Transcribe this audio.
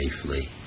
safely